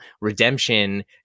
redemption